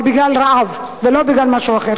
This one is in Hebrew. אבל בגלל רעב ולא בגלל משהו אחר.